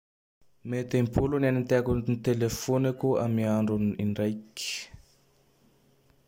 Mety im-polo ny anenteako ny telefôneko amy andron indraiky.